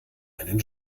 einen